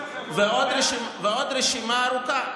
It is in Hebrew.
ועוד רשימה ארוכה.